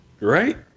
right